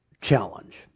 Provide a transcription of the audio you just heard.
challenge